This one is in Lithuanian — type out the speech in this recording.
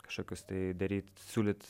kažkokius tai daryt siūlyt